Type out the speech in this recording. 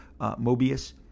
Mobius